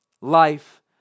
life